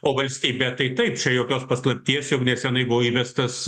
o valstybė tai taip čia jokios paslapties jog nesenai buvo įvestas